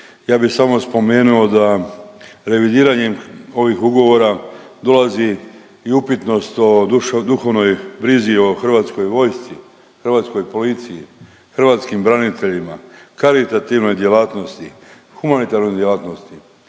ja bi samo spomenuo da je revidiranjem ovih ugovora dolazi i upitnost o duhovnoj brizi o hrvatskoj vojsci, hrvatskoj policiji, hrvatskim braniteljima, karitativnoj djelatnosti, humanitarnoj djelatnosti,